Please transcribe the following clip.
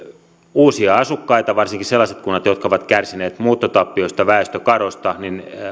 uusia asukkaita varsinkin sellaiset kunnat jotka ovat kärsineet muuttotappioista väestökadosta